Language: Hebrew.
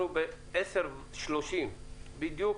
אנחנו ב-10:30 בדיוק